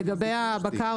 לגבי בקר,